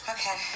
Okay